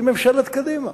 זה ממשלת קדימה.